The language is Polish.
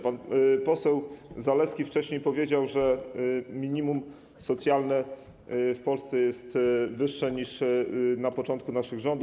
Pan poseł Zalewski wcześniej powiedział, że minimum socjalne w Polsce jest wyższe niż na początku naszych rządów.